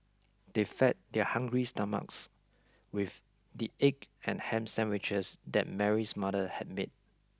they fed their hungry stomachs with the egg and ham sandwiches that Mary's mother had made